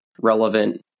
relevant